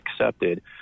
accepted